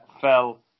fell